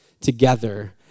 together